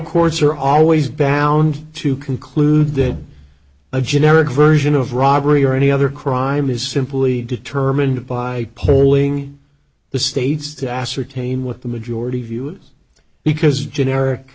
courts are always bound to conclude that a generic version of robbery or any other crime is simply determined by polling the states to ascertain what the majority view is because generic